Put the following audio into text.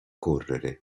correre